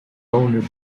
owner